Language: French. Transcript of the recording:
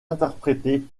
interprété